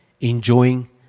enjoying